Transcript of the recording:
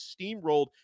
steamrolled